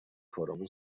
کارامون